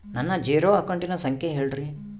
ನನ್ನ ಜೇರೊ ಅಕೌಂಟಿನ ಸಂಖ್ಯೆ ಹೇಳ್ರಿ?